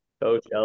Coach